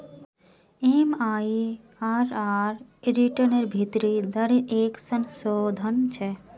MIRR रिटर्नेर भीतरी दरेर एक संशोधन छे